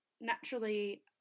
naturally